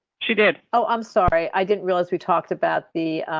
she did. oh, i'm sorry. i didn't realize we talked about the.